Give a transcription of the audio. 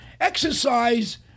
exercise